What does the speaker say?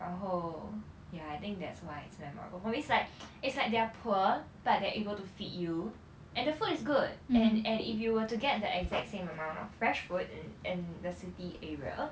然后 ya I think that's why it's memorable for me it's like it's like they're poor but they're able to feed you and the food is good and and if you were to get the exact same amount of fresh food in in the city area